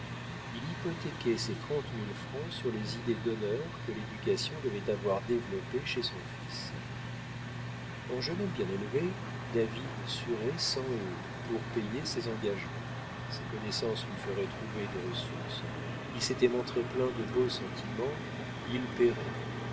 il hypothéquait ses trente mille francs sur les idées d'honneur que l'éducation devait avoir développées chez son fils en jeune homme bien élevé david suerait sang et eau pour payer ses engagements ses connaissances lui feraient trouver des ressources il s'était montré plein de beaux sentiments il payerait